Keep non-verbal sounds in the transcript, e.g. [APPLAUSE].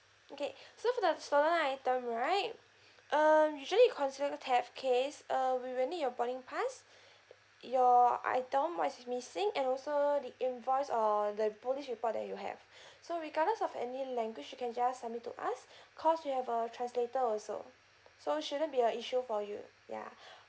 okay [BREATH] so for the stolen item right um usually concerning theft case uh we will need your boarding pass your item what's missing and also the invoice or the police report that you have [BREATH] so regardless of any language you can just submit to us cause we have a translator also so shouldn't be a issue for you ya [BREATH]